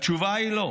התשובה היא לא.